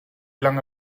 lange